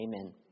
Amen